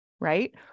Right